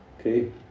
Okay